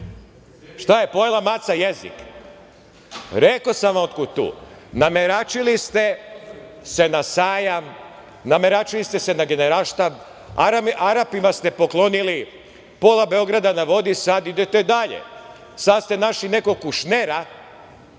Šta je, pojela maca jezik? Rekao sam vam otkud tu. Nameračili ste se na Sajam, nameračili ste se na Generalštab, Arapima ste poklonili pola Beograda na vodi, sad idete dalje. Sad ste našli nekog Kušnera,